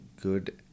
good